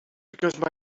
because